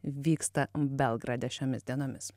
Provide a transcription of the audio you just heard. vyksta belgrade šiomis dienomis